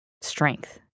strength